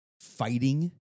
fighting